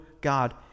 God